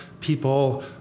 people